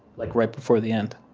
like right before the end